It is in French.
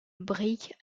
briques